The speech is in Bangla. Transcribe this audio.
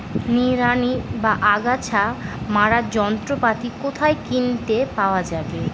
নিড়ানি বা আগাছা মারার যন্ত্রপাতি কোথায় কিনতে পাওয়া যাবে?